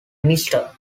minister